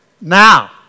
Now